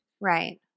Right